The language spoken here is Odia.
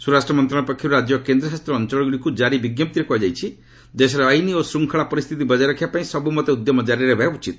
ସ୍ୱରାଷ୍ଟ୍ର ମନ୍ତ୍ରଣାଳୟ ପକ୍ଷରୁ ରାଜ୍ୟ ଓ କେନ୍ଦ୍ରଶାସିତ ଅଞ୍ଚଳଗୁଡ଼ିକୁ ଜାରି ବିଜ୍ଞପ୍ତିରେ କୁହାଯାଇଛି ଦେଶରେ ଆଇନ ଓ ଶୂଙ୍ଖଳା ପରିସ୍ଥିତି ବକାୟ ରଖିବାପାଇଁ ସବୁମତେ ଉଦ୍ୟମ କାରି ରହିବା ଉଚିତ